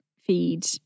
feed